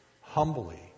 humbly